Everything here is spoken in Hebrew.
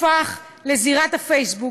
הפך לזירת בית-המשפט.